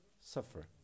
suffer